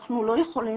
אנחנו לא יכולים,